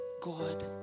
God